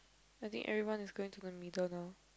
I think everyone is going to the middle now